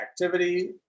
activity